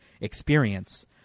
experience